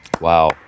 Wow